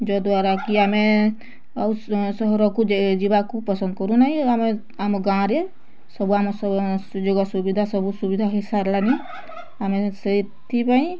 ଯଦ୍ଵାରା କି ଆମେ ଆଉ ସ ସହରକୁ ଯିବାକୁ ପସନ୍ଦ କରୁନାହିଁ ଆଉ ଆମ ଗାଁରେ ସବୁ ଆମ ସ ସୁଯୋଗ ସୁବିଧା ସବୁ ସୁବିଧା ହେଇ ସାରିଲାଣି ଆମେ ସେଥିପାଇଁ